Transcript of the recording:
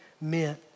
meant